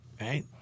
right